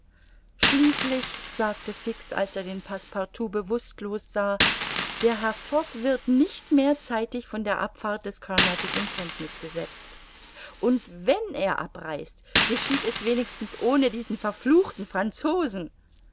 schließlich sagte fix als er den passepartout bewußtlos sah der herr fogg wird nicht mehr zeitig von der abfahrt des carnatic in kenntniß gesetzt und wenn er abreist geschieht es wenigstens ohne diesen verfluchten franzosen